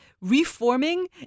reforming